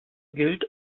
gilt